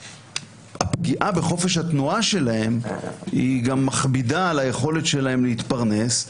שהפגיעה בחופש התנועה שלהם גם מכבידה על היכולת שלהם להתפרנס,